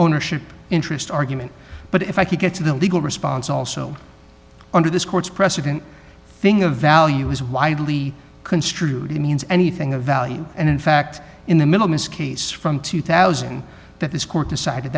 ownership interest argument but if i could get to the legal response all so under this court's precedent thing a value is widely construed means anything of value and in fact in the middle miss case from two thousand that this court decided